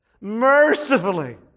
mercifully